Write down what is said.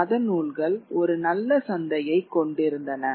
மத நூல்கள் ஒரு நல்ல சந்தையைக் கொண்டிருந்தன